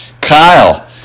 Kyle